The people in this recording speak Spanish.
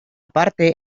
parte